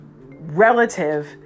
relative